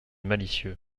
malicieux